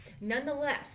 Nonetheless